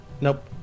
nope